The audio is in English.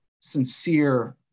sincere